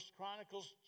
Chronicles